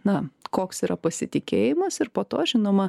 na koks yra pasitikėjimas ir po to žinoma